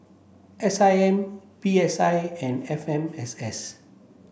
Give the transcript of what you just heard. S I M P S I and F M S S